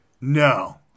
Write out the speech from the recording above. No